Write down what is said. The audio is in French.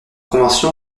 convention